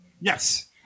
Yes